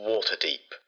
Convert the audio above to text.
Waterdeep